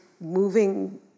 moving